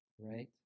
right